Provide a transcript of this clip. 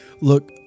Look